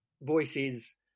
voices